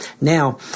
Now